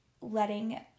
letting